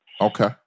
Okay